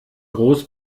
groß